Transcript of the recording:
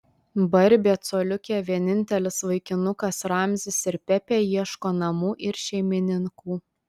barbė coliukė vienintelis vaikinukas ramzis ir pepė ieško namų ir šeimininkų